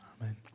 Amen